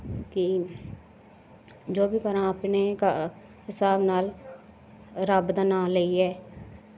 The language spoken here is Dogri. कि तो जो बी करांऽ अपने स्हाब नाल रब्ब दा नांऽ लैइयै